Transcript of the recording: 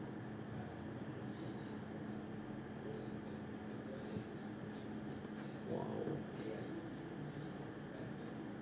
!wow!